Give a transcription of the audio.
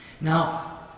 Now